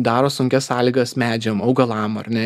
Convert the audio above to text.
daro sunkias sąlygas medžiam augalam ar ne